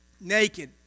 naked